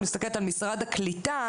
אם אני מסתכלת על משרד הקליטה,